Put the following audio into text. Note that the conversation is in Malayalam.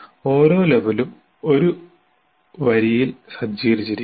ഓരോ ലെവലും ഒരു വരിയിൽ സജ്ജീകരിച്ചിരിക്കുന്നു